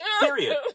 period